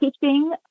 teaching